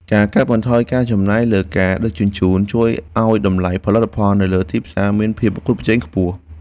ការកាត់បន្ថយការចំណាយលើការដឹកជញ្ជូន ជួយឱ្យតម្លៃផលិតផលនៅលើទីផ្សារមានភាពប្រកួតប្រជែងខ្ពស់។